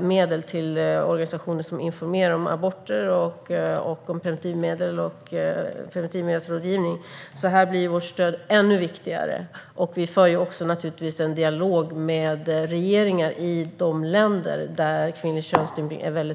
medel till organisationer som informerar om aborter eller preventivmedel och som ägnar sig åt preventivmedelsrådgivning. Här blir då vårt stöd ännu viktigare. Vi för naturligtvis också en dialog med regeringar i de länder där kvinnlig könsstympning är vanlig.